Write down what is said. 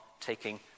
taking